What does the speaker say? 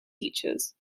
teachers